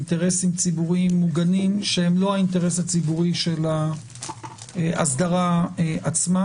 אינטרסים ציבוריים מוגנים שהם לא האינטרס הציבורי של האסדרה עצמה.